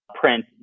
Print